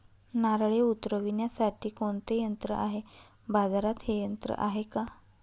नारळे उतरविण्यासाठी कोणते यंत्र आहे? बाजारात हे यंत्र आहे का?